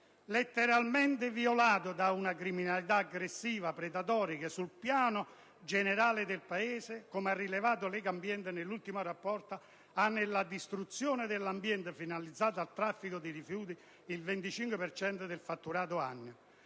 letteralmente violentato da una criminalità aggressiva, predatoria, che sul piano più generale dell'intero Paese - come ha rivelato Legambiente nell'ultimo rapporto - ha nella distruzione dell'ambiente, finalizzata al traffico di rifiuti, il 25 per cento del fatturato annuo.